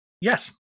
Yes